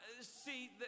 See